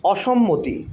অসম্মতি